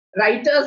Writers